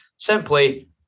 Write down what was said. simply